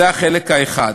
זה החלק האחד.